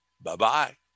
Bye-bye